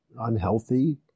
unhealthy